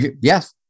Yes